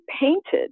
painted